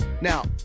now